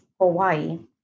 Hawaii